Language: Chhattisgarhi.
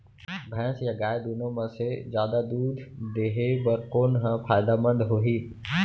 भैंस या गाय दुनो म से जादा दूध देहे बर कोन ह फायदामंद होही?